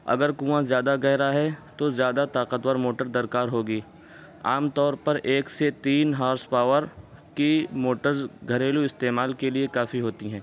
اگر کنواں زیادہ گہرا ہے تو زیادہ طاقتور موٹر درکار ہوگی عام طور پر ایک سے تین ہورس پاور کی موڑرز گھریلو استعمال کے لیے کافی ہوتی ہیں